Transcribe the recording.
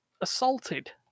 assaulted